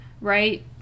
right